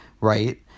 Right